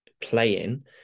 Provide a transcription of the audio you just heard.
playing